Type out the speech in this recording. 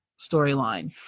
storyline